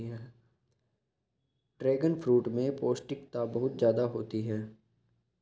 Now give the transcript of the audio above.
dragon fruit में पौष्टिकता बहुत ज्यादा होती है